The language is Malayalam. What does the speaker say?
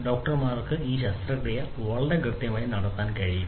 ഡോക്ടർമാർക്ക് ഈ ശസ്ത്രക്രിയ വളരെ കൃത്യമായി നടത്താൻ കഴിയും